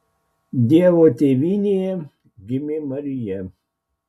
dievo tėvynėje gimė marija